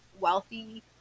wealthy